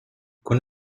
con